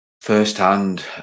First-hand